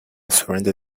surrender